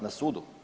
Na sudu?